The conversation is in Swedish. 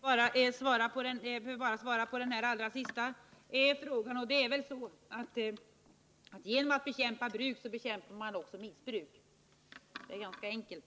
Herr talman! Jag behöver bara svara på den allra sista frågan. Det är så att genom att man bekämpar bruk så bekämpar man också missbruk — det är ganska enkelt.